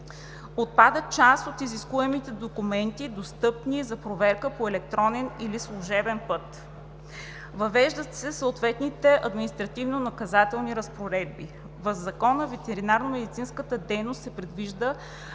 Отпадат част от изискуемите документи, достъпни за проверка по електронен или служебен път. Въведени са съответните административнонаказателни разпоредби. В Закона ветеринарномедицинската дейност се предвижда